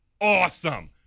awesome